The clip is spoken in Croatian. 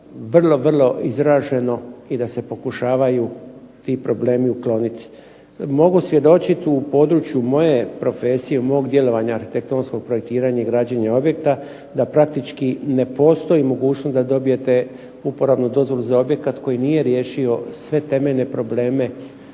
vrlo, vrlo izraženo i da se pokušavaju ti problemi ukloniti. Mogu svjedočit u području moje profesije, mog djelovanja arhitektonskog projektiranja i građenja objekta da praktički ne postoji mogućnost da dobijete uporabnu dozvolu za objekt koji nije riješio sve temeljne probleme